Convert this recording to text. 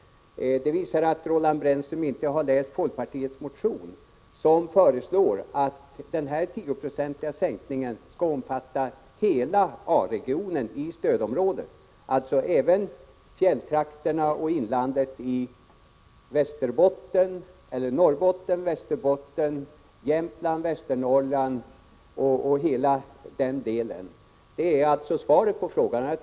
Detta visar att Roland Brännström inte har läst folkpartiets motion, där vi föreslår att den 10-procentiga sänkningen skall gälla hela A-regionen i stödområdet, dvs. även fjälltrakterna och inlandet i Norrbotten, Västerbotten, Jämtland och Västernorrland. Det är alltså svaret på frågan.